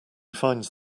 finds